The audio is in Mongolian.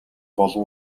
болов